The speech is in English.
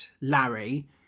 Larry